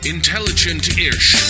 Intelligent-ish